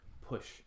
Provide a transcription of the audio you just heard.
push